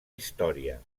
història